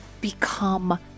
become